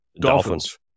Dolphins